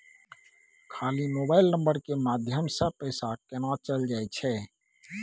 खाली mobile number के माध्यम से पैसा केना चल जायछै?